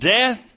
death